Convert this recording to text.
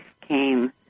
came